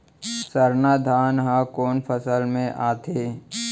सरना धान ह कोन फसल में आथे?